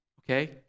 okay